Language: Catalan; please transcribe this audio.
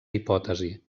hipòtesi